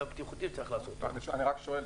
צו בטיחותי צריך --- אני סומך על חן,